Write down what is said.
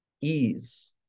ease